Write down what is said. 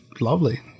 lovely